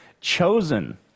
chosen